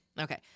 Okay